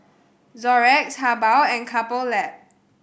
Xorex Habhal and Couple Lab